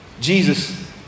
Jesus